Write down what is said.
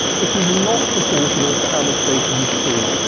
it is not proportional to how much data you've stored.